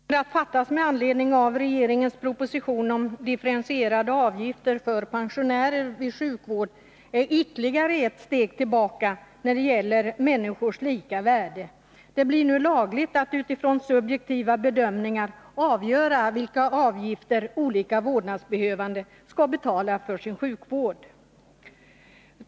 Herr talman! Det beslut som kommer att fattas med anledning av regeringens proposition om differentierade avgifter för pensionärer vid sjukvård är ytterligare ett steg tillbaka när det gäller människors lika värde. Det blir nu lagligt att utifrån subjektiva bedömningar avgöra vilka avgifter olika vårdbehövande skall betala för sin sjukvård.